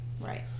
Right